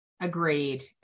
Agreed